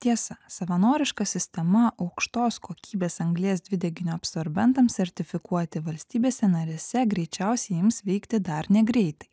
tiesa savanoriška sistema aukštos kokybės anglies dvideginio absorbentas sertifikuoti valstybėse narėse greičiausiai ims veikti dar negreitai